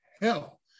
hell